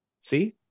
See